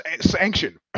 sanction